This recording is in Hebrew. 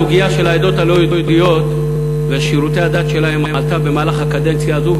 הסוגיה של העדות הלא-יהודיות ושירותי הדת שלהן עלתה במהלך הקדנציה הזו,